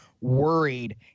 worried